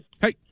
Hey